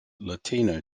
latino